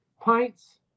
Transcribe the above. pints